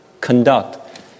conduct